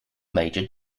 major